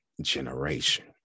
generation